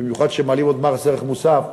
במיוחד שמעלים עוד מס ערך מוסף,